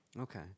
Okay